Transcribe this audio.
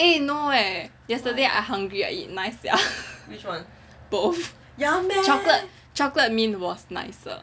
eh no eh yesterday I hungry I eat nice leh both chocolate chocolate mint was nicer